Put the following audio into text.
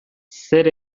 zer